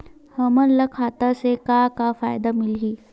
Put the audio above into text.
हमन ला खाता से का का फ़ायदा मिलही?